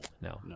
No